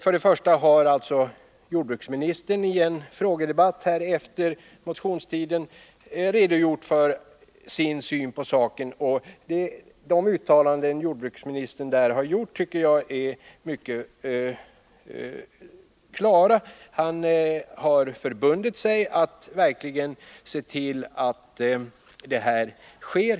För det första har jordbruksministern i en frågedebatt här i riksdagen efter motionstiden redogjort för sin syn på saken. Jag tycker att jordbruksministerns uttalanden är mycket klara. Han har förbundit sig att se till att insamlingen av returpapper verkligen sker.